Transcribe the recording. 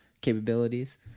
capabilities